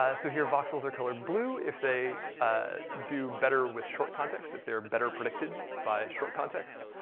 ah so here, voxels are colored blue if they ah do better with short context, if they're better predicted by short context.